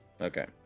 okay